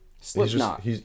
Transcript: Slipknot